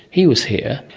he was here,